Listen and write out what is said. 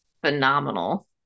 phenomenal